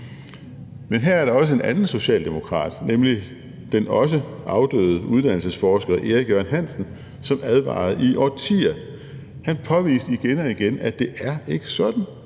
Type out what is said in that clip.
Men her er der også en anden socialdemokrat, nemlig den også afdøde uddannelsesforsker Erik Jørgen Hansen, som i årtier advarede om det her. Han påviste igen og igen, at det ikke er sådan,